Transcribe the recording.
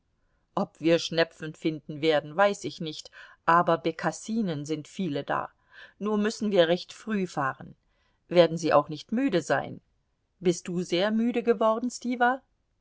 ob wir schnepfen finden werden weiß ich nicht aber bekassinen sind viele da nur müssen wir recht früh fahren werden sie auch nicht müde sein bist du sehr müde geworden stiwa